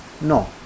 No